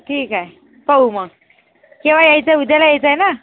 ठीक आहे पाहू मग केव्हा यायचं आहे उदयाला यायचे आहे न